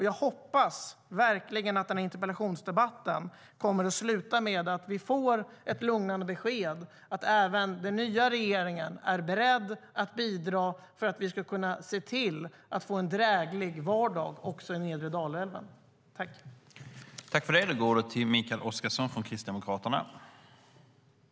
Jag hoppas verkligen att denna interpellationsdebatt kommer att sluta med att vi får ett lugnande besked om att även den nya regeringen är beredd att bidra till att vi kan se till att man får en dräglig vardag också i nedre Dalälven.